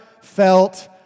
felt